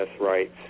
rights